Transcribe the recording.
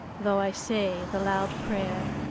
though i say the loud prayer.